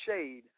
shade